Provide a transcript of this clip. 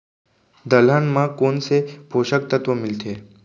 दलहन म कोन से पोसक तत्व मिलथे?